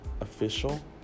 official